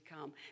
come